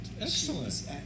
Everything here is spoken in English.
excellent